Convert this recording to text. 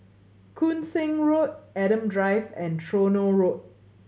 Koon Seng Road Adam Drive and Tronoh Road